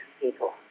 people